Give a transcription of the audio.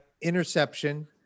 interception